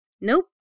Nope